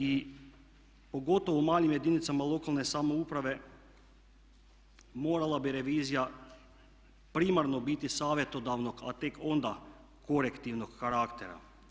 I pogotovo u malim jedinicama lokalne samouprave morala bi revizija primarno biti savjetodavnog a tek onda korektivnog karaktera.